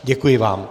Děkuji vám.